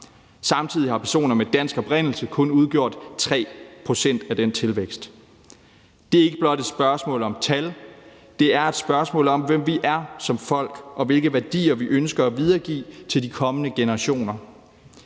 Samtidig har personer med dansk oprindelse kun udgjort 3 pct. af den tilvækst. Det er ikke blot et spørgsmål om tal, men det er også et spørgsmål om, hvem vi er som folk, og hvilke værdier vi ønsker at videregive til de kommende generationer.